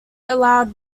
allowed